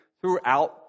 throughout